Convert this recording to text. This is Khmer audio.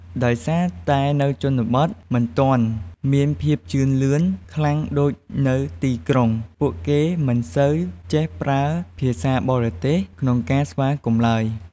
ដោយសារតែនៅជនបទមិនទាន់មានភាពជឿនលឿនខ្លាំងដូចនៅទីក្រុង ពួកគេមិនសូវចេះប្រើ ភាសាបរទេស ក្នុងការស្វាគមន៍ឡើយ។